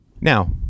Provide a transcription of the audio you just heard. Now